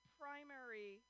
primary